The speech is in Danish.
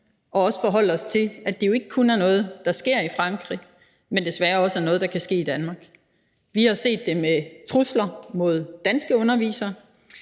også forholde os til, at det jo ikke kun er noget, der sker i Frankrig, men desværre også noget, der kan ske i Danmark. Vi har set det med trusler mod danske undervisere.